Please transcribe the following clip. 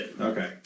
Okay